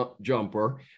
jumper